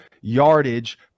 yardage